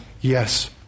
yes